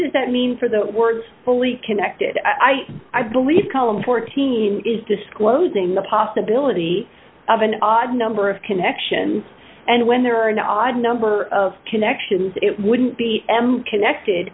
does that mean for the words fully connected i i believe column fourteen is disclosing the possibility of an odd number of connection and when there are not a number of connections it wouldn't be connected